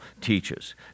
teaches